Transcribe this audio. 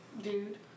Dude